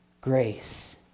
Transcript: grace